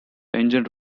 engine